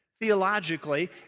theologically